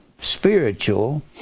spiritual